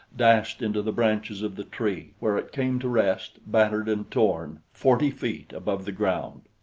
dashed into the branches of the tree, where it came to rest, battered and torn, forty feet above the ground.